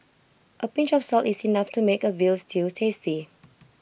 A pinch of salt is enough to make A Veal Stew tasty